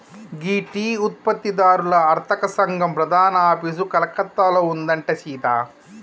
గీ tea ఉత్పత్తి దారుల అర్తక సంగం ప్రధాన ఆఫీసు కలకత్తాలో ఉందంట సీత